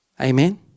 Amen